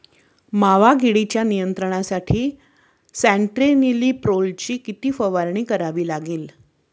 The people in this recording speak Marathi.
मावा किडीच्या नियंत्रणासाठी स्यान्ट्रेनिलीप्रोलची किती फवारणी करावी लागेल?